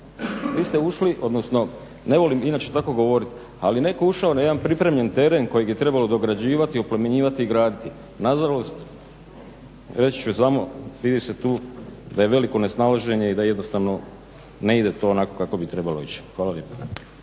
Vi ste ušli odnosno ne volim inače tako govoriti ali netko je ušao na jedan pripremljen teren kojeg je trebalo dograđivati, oplemenjivati i graditi. Nažalost reći ću samo vidi se tu da je veliko nesnalaženje i da jednostavno ne ide to onako kako bi trebalo ići. Hvala lijepa.